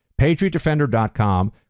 PatriotDefender.com